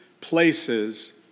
places